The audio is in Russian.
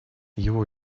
его